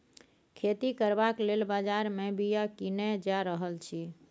खेती करबाक लेल बजार मे बीया कीने जा रहल छी